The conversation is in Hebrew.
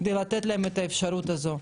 כדי לתת להם את האפשרות הזו,